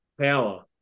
power